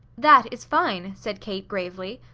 that is fine, said kate gravely.